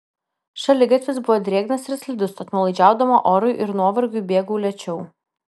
šaligatvis buvo drėgnas ir slidus tad nuolaidžiaudama orui ir nuovargiui bėgau lėčiau